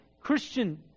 Christian